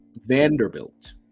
Vanderbilt